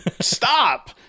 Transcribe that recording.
stop